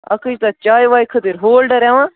اَکٕے حظ چھُ تَتھ چاے واے خٲطر ہولڈَر یِوان